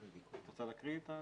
רוצה לקרוא את הסעיף?